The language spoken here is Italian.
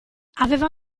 aveva